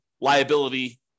liability